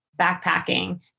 backpacking